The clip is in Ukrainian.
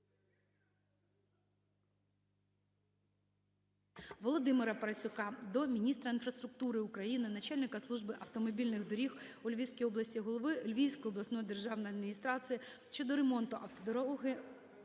Володимира Парасюка до міністра інфраструктури України, начальника Служби автомобільних доріг у Львівській області, голови Львівської обласної державної адміністрації щодо ремонту автодороги